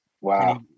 Wow